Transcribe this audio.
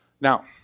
Now